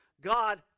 God